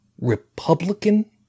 Republican